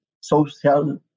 social